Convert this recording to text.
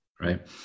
right